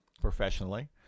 professionally